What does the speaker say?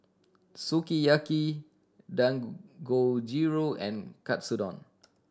Sukiyaki Dangojiru and Katsudon